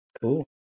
Cool